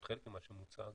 או חלק ממה שהוצג,